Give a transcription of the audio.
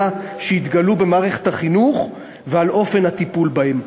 שהתגלו במערכת החינוך ועל אופן הטיפול בהם.